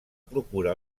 procura